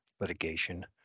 litigation